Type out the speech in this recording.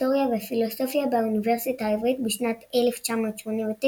היסטוריה ופילוסופיה באוניברסיטה העברית בשנת 1989,